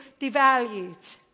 devalued